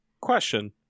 question